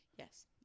Yes